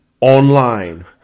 online